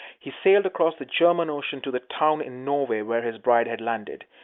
he sailed across the german ocean to the town in norway where his bride had landed.